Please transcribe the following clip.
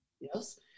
yes